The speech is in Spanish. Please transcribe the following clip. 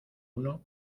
uno